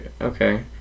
okay